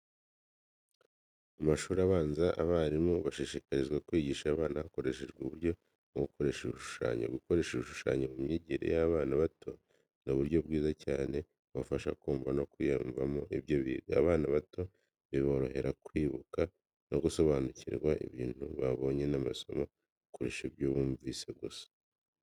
Mu mashuri abanza abarimu bashishikarizwa kwigisha abana hakoreshejwe uburyo bwo gukoresha ibishushanyo. Gukoresha ibishushanyo mu myigire y’abana bato ni uburyo bwiza cyane bubafasha kumva no kwiyumvamo ibyo biga. Abana bato biborohera kwibuka no gusobanukirwa ibintu babonye n’amaso kurusha ibyo bumvise gusa.